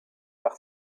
par